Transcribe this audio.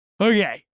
Okay